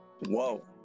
Whoa